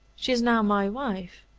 she is now my wife.